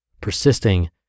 Persisting